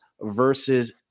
versus